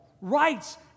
rights